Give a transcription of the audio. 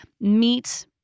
meat